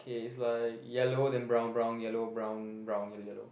okay it's like yellow then brown brown yellow brown brown yellow yellow